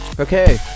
Okay